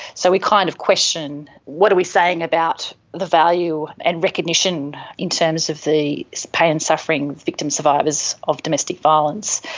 so we kind of question, what are we saying about the value and recognition in terms of the pain and suffering of victim survivors of domestic violence.